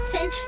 Ten